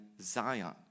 Zion